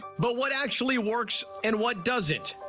but what actually works and what doesn't?